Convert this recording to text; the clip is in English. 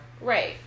Right